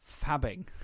fabbing